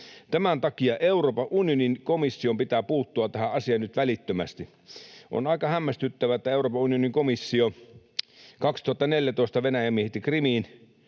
Tämän takia Euroopan unionin komission pitää puuttua tähän asiaan nyt välittömästi. On aika hämmästyttävää, että sen jälkeen kun 2014 Venäjä miehitti Krimin,